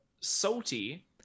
salty